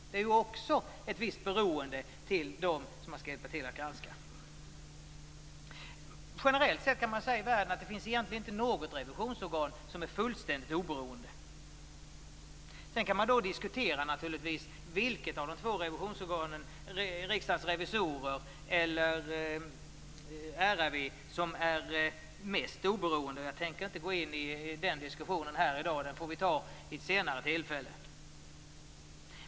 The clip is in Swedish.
Det är också ett visst beroende av dem man skall hjälpa till att granska. Generellt sätt kan man säga att det egentligen inte finns något revisionsorgan som är fullständigt oberoende. Sedan kan man naturligtvis diskutera vilket av de två revisionsorganen, Riksdagens revisorer eller RRV, som är mest oberoende. Jag tänker inte gå in i den diskussionen här i dag. Den får vi ta vid ett senare tillfälle.